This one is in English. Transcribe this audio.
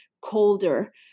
colder